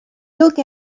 look